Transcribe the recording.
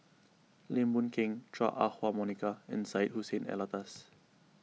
Lim Boon Keng Chua Ah Huwa Monica and Syed Hussein Alatas